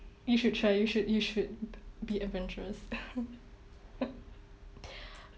you should try you should you should be adventurous